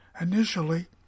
initially